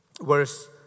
Verse